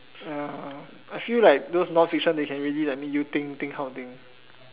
ya I feel like those non fiction can really make you you think how they